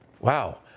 Wow